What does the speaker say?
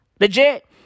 Legit